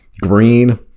green